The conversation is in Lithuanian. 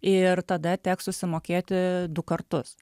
ir tada teks susimokėti du kartus